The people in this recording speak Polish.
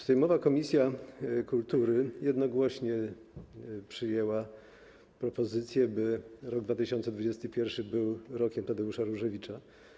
Sejmowa komisja kultury jednogłośnie przyjęła propozycję, by rok 2021 był Rokiem Tadeusza Różewicza.